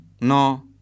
no